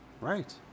Right